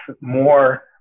more